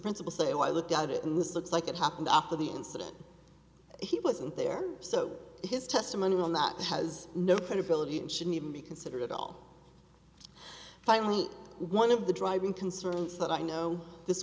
principal say oh i looked at it and this looks like it happened after the incident he wasn't there so his testimony will not has no credibility and shouldn't even be considered at all finally one of the driving concerns that i know this